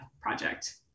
project